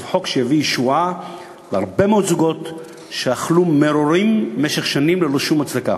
חוק שיביא ישועה להרבה מאוד זוגות שאכלו מרורים במשך שנים ללא שום הצדקה.